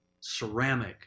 ceramic